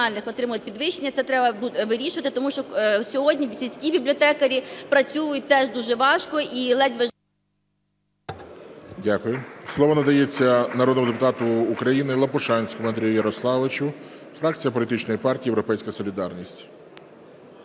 Дякую. Слово надається народному депутату України Лопушанському Андрію Ярославовичу, фракція політичної партії "Європейська солідарність".